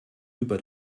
über